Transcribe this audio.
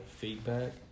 feedback